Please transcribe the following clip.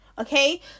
Okay